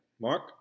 Mark